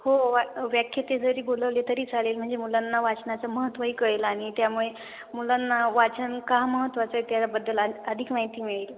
हो वा व्याख्याते जरी बोलवले तरी चालेल म्हणजे मुलांना वाचनाचं महत्त्वही कळेल आणि त्यामुळे मुलांना वाचन का महत्त्वाचं आहे त्याबद्दल आद अधिक माहिती मिळेल